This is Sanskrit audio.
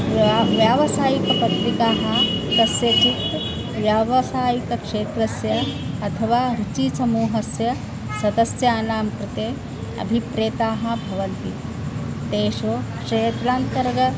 व्या व्यावसायिकपत्रिकाः कस्य चित् व्यावसायिकक्षेत्रस्य अथवा रुचिसमूहस्य सदस्यानां कृते अभिप्रेताः भवन्ति तेषु क्षेत्रान्तर्गतम्